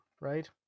right